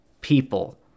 people